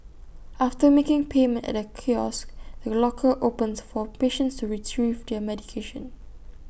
after making payment at A kiosk the locker opens for patients to Retrieve their medication